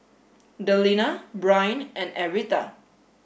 Delina Brynn and Aretha